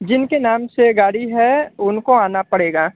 जिनके नाम से गाड़ी है उनको आना पड़ेगा